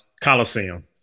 Coliseum